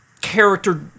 character